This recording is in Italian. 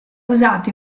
usato